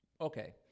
Okay